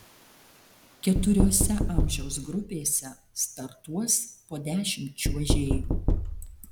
keturiose amžiaus grupėse startuos po dešimt čiuožėjų